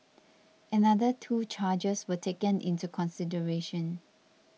another two charges were taken into consideration